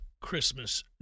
christmas